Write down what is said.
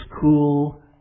Cool